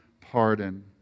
pardon